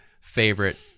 favorite